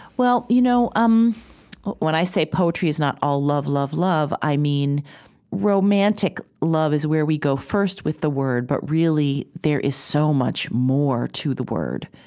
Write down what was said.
well, you know um when i say poetry is not all love, love, love, i mean romantic love is where we go first with the word. but really there is so much more to the word.